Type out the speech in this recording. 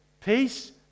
Peace